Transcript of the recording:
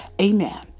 Amen